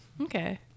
Okay